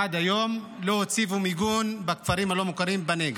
עד היום לא הציבו מיגון בכפרים הלא-מוכרים בנגב.